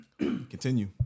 Continue